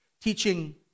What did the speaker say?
teaching